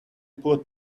put